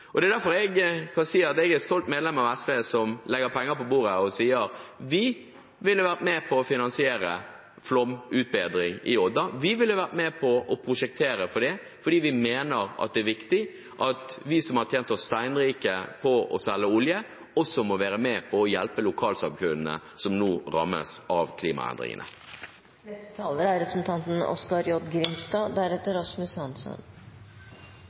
Det er derfor jeg kan si at jeg er stolt medlem av SV, som legger penger på bordet og sier at vi ville vært med på å finansiere flomutbedring i Odda. Vi ville vært med på å prosjektere for det, fordi vi mener at det er viktig at vi som har tjent oss steinrike på å selge olje, også må være med på å hjelpe lokalsamfunnene som nå rammes av